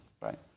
right